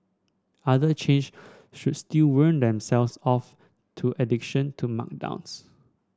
other chains should still wean themselves off to addiction to markdowns